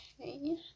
Okay